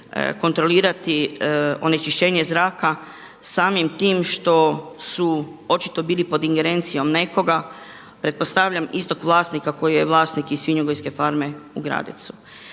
kontrolirati onečišćenje zraka samim tim što su očito bili pod ingerencijom nekoga. Pretpostavljam istog vlasnika koji je vlasnik i Svinjogojske farme u Gradecu.